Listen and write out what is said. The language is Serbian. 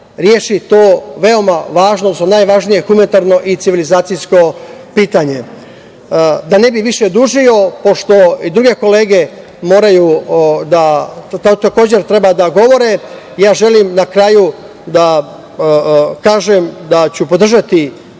reši to veoma važno, odnosno najvažnije humanitarno i civilizacijsko pitanje. Da ne bih više dužio, pošto i druge kolege treba da govore, želim na kraju da kažem da ću podržati